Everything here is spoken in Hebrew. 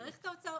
צריך את האומר.